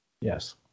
yes